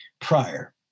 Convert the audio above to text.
prior